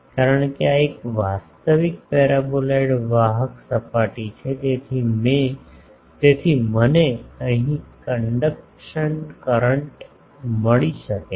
કારણ કે આ એક વાસ્તવિક પેરાબોલાઇડ વાહક સપાટી છે તેથી મને અહીં કન્ડકશન કરંટ મળી શકે છે